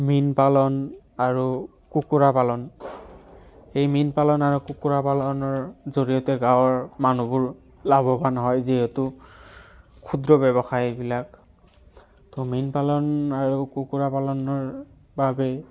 মীন পালন আৰু কুকুৰা পালন এই মীন পালন আৰু কুকুৰা পালনৰ জৰিয়তে গাঁৱৰ মানুহবোৰ লাভৱান হয় যিহেতু ক্ষুদ্ৰ ব্যৱসায়বিলাক ত' মীন পালন আৰু কুকুৰা পালনৰ বাবে